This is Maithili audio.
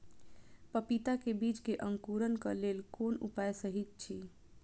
पपीता के बीज के अंकुरन क लेल कोन उपाय सहि अछि?